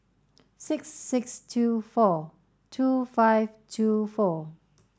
six six two four two five two four